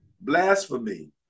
blasphemy